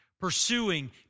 pursuing